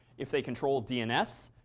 if they control dns,